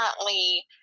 currently